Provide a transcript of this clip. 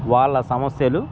వాళ్ళ సమస్యలు